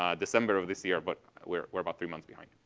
um december of this year, but we're we're about three months behind.